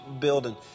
building